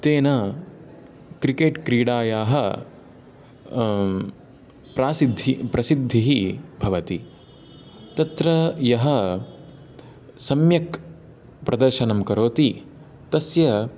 तेन क्रिकेट् क्रीडायाः प्रसिद्धि प्रसिद्धिः भवति तत्र यः सम्यक् प्रदर्शनं करोति तस्य